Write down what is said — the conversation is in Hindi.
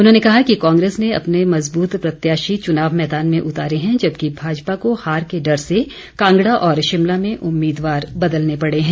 उन्होंने कहा कि कांग्रेस ने अपने मजबूत प्रत्याशी चुनाव मैदान में उतारे हैं जबकि भाजपा को हार के डर से कांगड़ा और शिमला में उम्मीदवार बदलने पड़े हैं